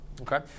Okay